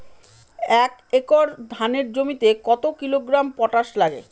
এক একর ধানের জমিতে কত কিলোগ্রাম পটাশ লাগে?